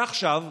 ועכשיו,